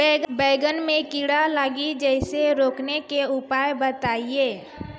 बैंगन मे कीड़ा लागि जैसे रोकने के उपाय बताइए?